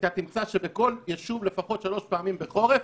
אתה תמצא שבכל יישוב לפחות שלוש פעמים בחורף